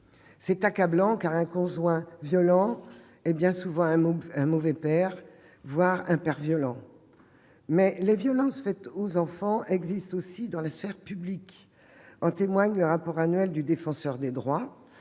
C'est accablant, car un conjoint violent est bien souvent un mauvais père, voire un père violent. Mais les violences faites aux enfants existent aussi dans la sphère publique. En témoigne le rapport annuel du Défenseur des droits,